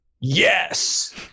Yes